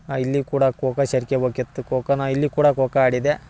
ಇಲ್ಲಿ ಕೂಡ ಖೋಖೊ ಸೇರ್ಕೆಬೇಕಿತ್ತು ಖೋಖೋ ನಾ ಇಲ್ಲಿ ಕೂಡ ಖೋಖೋ ಆಡಿದೆ